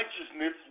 righteousness